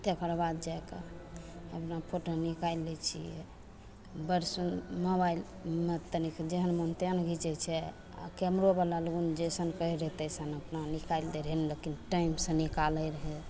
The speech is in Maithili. तकर बाद जाइके अपना फोटो निकालि लै छिए बड़ सु मोबाइलमे तनिक जेहन मोन तेहन घिचै छै आओर कैमरोवला लोक जइसन कहै रहै तइसन अपना निकालि दै रहै लेकिन टाइमसे निकालै रहै